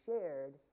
shared